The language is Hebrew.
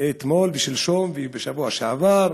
אתמול ושלשום ובשבוע שעבר.